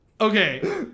okay